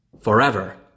forever